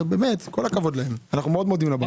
אנחנו מאוד מודים לכם.